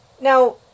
Now